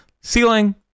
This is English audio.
Ceiling